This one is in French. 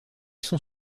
sont